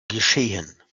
geschehen